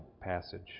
passage